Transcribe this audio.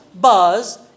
Buzz